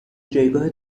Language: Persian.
جایگاه